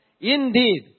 Indeed